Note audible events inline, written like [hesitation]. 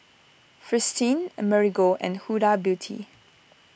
Fristine [hesitation] Marigold and Huda Beauty